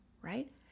right